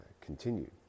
continued